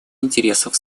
интересов